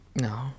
No